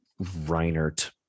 Reinert